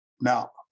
Now